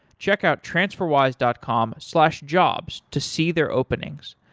check out transferwise dot com slash jobs to see their openings.